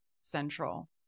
Central